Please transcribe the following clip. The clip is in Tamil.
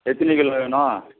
எத்தினி கிலோ வேணும்